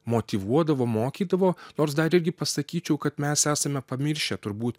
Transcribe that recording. motyvuodavo mokydavo nors dar irgi pasakyčiau kad mes esame pamiršę turbūt